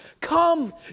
come